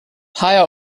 higher